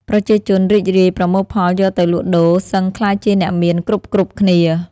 ប្រជាជន រីករាយប្រមូលផលយកទៅលក់ដូរ សឹងក្លាយជាអ្នកមាន គ្រប់ៗ គ្នា ។